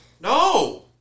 No